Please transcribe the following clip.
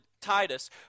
Titus